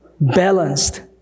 balanced